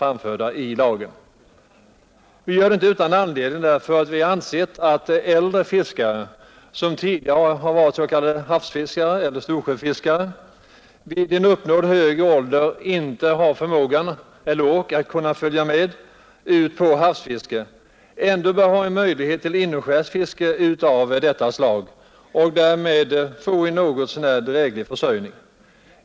Vi gör inte vår framställning utan närmare anledning. Vi har ansett att äldre fiskare, som tidigare varit s.k. havsfiskare eller storsjöfiskare men som vid uppnådd hög ålder inte längre har förmåga eller uthållighet att följa med på havsfiske, bör ha en möjlighet till inomskärsfiske av nämnt slag och därigenom få en något så när dräglig försörjning.